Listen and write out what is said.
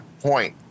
point